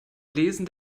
lesen